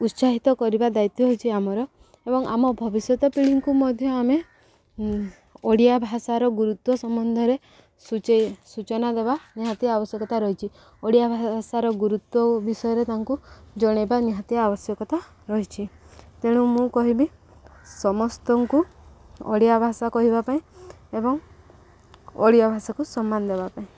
ଉତ୍ସାହିତ କରିବା ଦାୟିତ୍ୱ ହେଉଛି ଆମର ଏବଂ ଆମ ଭବିଷ୍ୟତ ପିଢ଼ୀଙ୍କୁ ମଧ୍ୟ ଆମେ ଓଡ଼ିଆ ଭାଷାର ଗୁରୁତ୍ୱ ସମ୍ବନ୍ଧ ସୂଚେଇ ସୂଚନା ଦେବା ନିହାତି ଆବଶ୍ୟତା ରହିଛି ଓଡ଼ିଆ ଭାଷାର ଗୁରୁତ୍ୱ ବିଷୟରେ ତାଙ୍କୁ ଜଣେଇବା ନିହାତି ଆବଶ୍ୟକତା ରହିଛି ତେଣୁ ମୁଁ କହିବି ସମସ୍ତଙ୍କୁ ଓଡ଼ିଆ ଭାଷା କହିବା ପାଇଁ ଏବଂ ଓଡ଼ିଆ ଭାଷାକୁ ସମ୍ମାନ ଦେବା ପାଇଁ